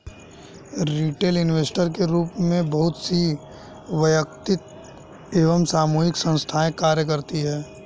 retail investor के रूप में बहुत सी वैयक्तिक एवं सामूहिक संस्थाएं कार्य करती हैं